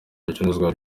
ibicuruzwa